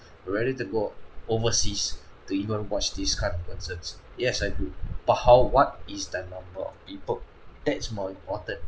ready to go overseas to even watch these kind of concerts yes I do but how what is the number of people that's more important